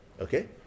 okay